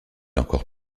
encore